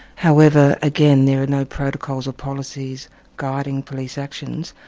however again, there are no protocols or policies guiding police actions,